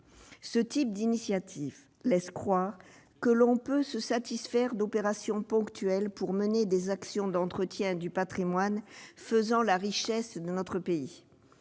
Ce type d'initiative laisse croire que l'on peut se satisfaire d'opérations ponctuelles pour mener des actions d'entretien du patrimoine, qui fait la richesse de notre pays.